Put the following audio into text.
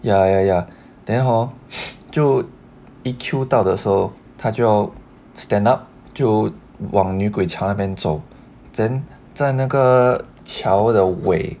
ya ya ya then hor 就一 cue 到的时候 so 他就要 stand up to 往女鬼墙那边走 then 在那个桥的尾